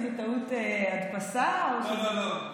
רק מעניין אותי אם זו טעות הדפסה או, לא לא לא,